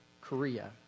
Korea